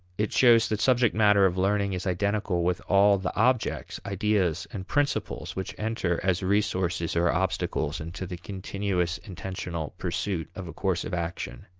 it shows that subject matter of learning is identical with all the objects, ideas, and principles which enter as resources or obstacles into the continuous intentional pursuit of a course of action.